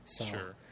Sure